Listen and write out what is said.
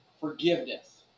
forgiveness